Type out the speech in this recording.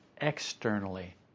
externally